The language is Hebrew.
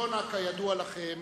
יונה, כידוע לכם,